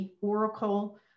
oracle